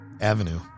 Avenue